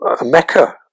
mecca